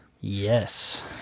Yes